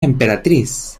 emperatriz